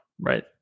Right